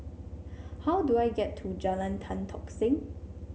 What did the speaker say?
how do I get to Jalan Tan Tock Seng